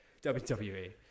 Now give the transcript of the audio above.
WWE